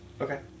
Okay